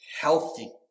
healthy